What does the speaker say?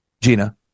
Gina